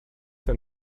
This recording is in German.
wenn